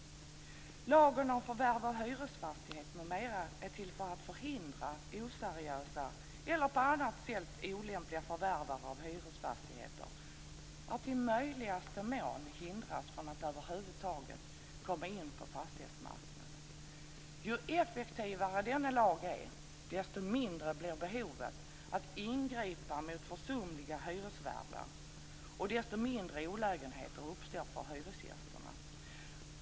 Lagen om förvärv av hyresfastighet m.m. är till för att förhindra oseriösa eller på annat sätt olämpliga förvärvare av hyresfastigheter att i möjligaste mån hindras från att över huvud taget komma in på fastighetsmarknaden. Ju effektivare denna lag är, desto mindre blir behovet att ingripa mot försumliga hyresvärdar och desto mindre olägenheter uppstår för hyresgästerna.